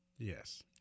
Yes